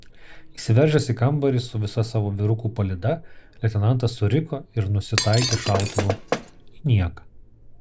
įsiveržęs į kambarį su visa savo vyrukų palyda leitenantas suriko ir nusitaikė šautuvu į nieką